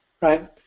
right